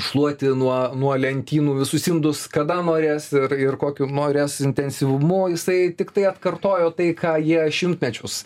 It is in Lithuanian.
šluoti nuo nuo lentynų visus indus kada norės ir ir kokiu norės intensyvumu jisai tiktai atkartojo tai ką jie šimtmečius